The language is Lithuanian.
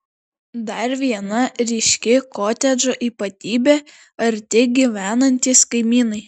dar viena ryški kotedžo ypatybė arti gyvenantys kaimynai